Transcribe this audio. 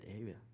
area